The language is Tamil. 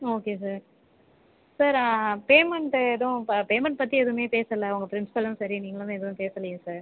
ஓகே சார் சார் பேமெண்ட்டு எதுவும் பேமெண்ட் பற்றி எதுவுமே பேசலை உங்கள் ப்ரின்ஸ்பலும் சரி நீங்களுமே எதுவும் பேசலையே சார்